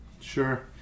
sure